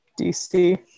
dc